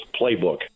playbook